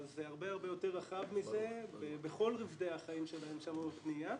אבל זה הרבה יותר רחב מזה בכל רבדי החיים שלהם שם בפנימייה.